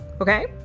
okay